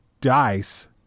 dice